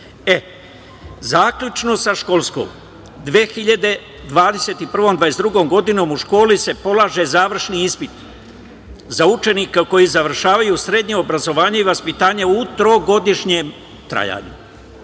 uslovima. Zaključno sa školskom 2021/2022. godinom, u školi se polaže završni ispit za učenike koji završavaju srednje obrazovanje i vaspitanje u trogodišnjem trajanju.